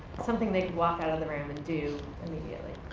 something they'd walk out of the room and do immediately.